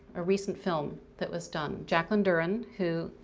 a recent film that was done. jacqueline duren who,